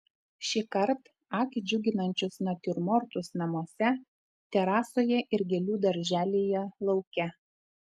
šįkart akį džiuginančius natiurmortus namuose terasoje ir gėlių darželyje lauke